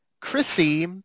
Chrissy